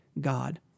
God